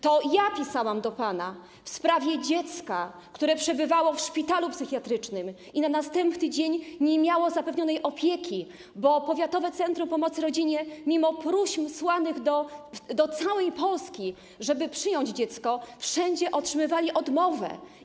To ja pisałam do pana w sprawie dziecka, które przebywało w szpitalu psychiatrycznym i na następny dzień nie miało zapewnionej opieki, bo powiatowe centrum pomocy rodzinie, mimo próśb słanych w całej Polsce, żeby przyjąć dziecko, wszędzie otrzymywało odmowę.